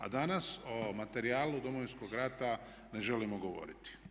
A danas o materijalu Domovinskog rata ne želimo govoriti.